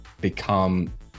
become